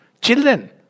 Children